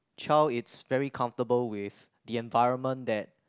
child is very comfortable with the environment that